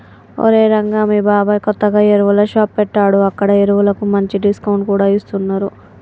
ఒరేయ్ రంగా మీ బాబాయ్ కొత్తగా ఎరువుల షాప్ పెట్టాడు అక్కడ ఎరువులకు మంచి డిస్కౌంట్ కూడా ఇస్తున్నరు